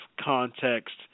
context